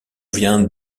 vient